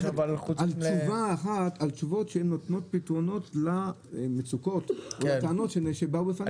תשובה לגבי הפתרונות שהם נותנים למצוקות ולטענות שהובאו בפנינו.